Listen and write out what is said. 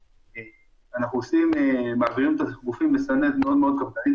שאנחנו מעבירים את הגופים במסננת מאוד קפדנית,